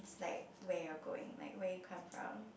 like where you are going like where you come from